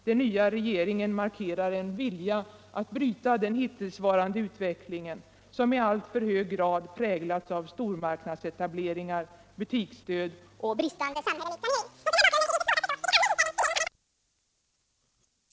Den nya regeringen markerar en vilja att bryta den hittillsvarande utvecklingen, som i alltför hög grad präglats av stormarknadsetableringar, butiksdöd och bristande samhällelig planering. Mot den här bakgrunden är det inte svårt att förstå vilken allmän inställning regeringen kan väntas ha till de nu aktuella expansionsplanerna för Brommastormarknaden. Jag ber än en gång att få tacka bostadsministern för hennes mycket positiva besked.